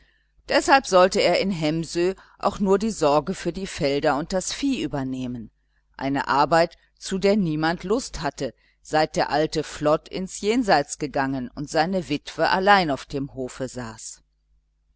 deshalb sollte er in hemsö auch nur die sorge für die felder und das vieh übernehmen eine arbeit zu der niemand lust hatte seit der alte flod ins jenseits gegangen und seine witwe allein auf dem hofe saß